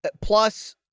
plus